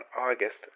August